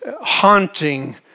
haunting